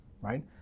right